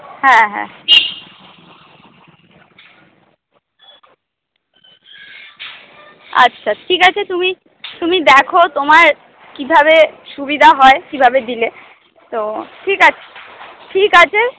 হ্যাঁ হ্যাঁ আচ্ছা ঠিক আছে তুমি তুমি দেখো তোমার কিভাবে সুবিধা হয় কিভাবে দিলে তো ঠিক আছে ঠিক আছে